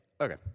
Okay